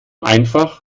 einfach